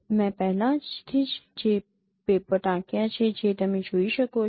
મેં પહેલાંથી જ પેપર ટાંક્યા છે જે તમે જોઈ શકો છો